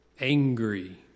Angry